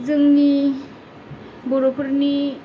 जोंनि बर'फोरनि